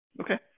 Okay